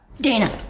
Dana